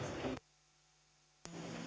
nås